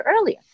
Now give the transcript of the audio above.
earlier